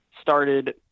started